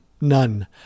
none